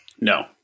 No